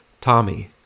Tommy